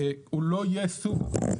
הוא לא --- חבר'ה,